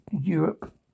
Europe